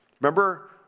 Remember